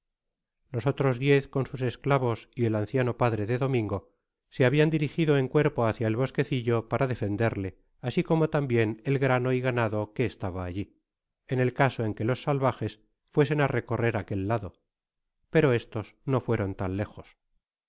los otros diez con sus esclavos y el anciano padre de domingo se habian dirigido en cuerpo hácia el bosquecilio para defenderle asi como tambien el grano y ganado que estaba alli en el caso en que los salvajes fuesen á recorrer aquel lado pero estos no fueron tan lejos